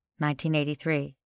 1983